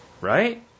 right